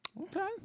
Okay